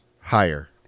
higher